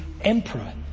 emperor